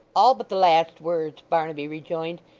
all but the last words barnaby rejoined.